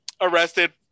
arrested